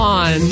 on